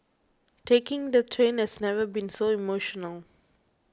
taking the train has never been so emotional